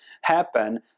happen